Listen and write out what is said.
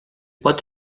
pot